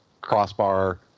crossbar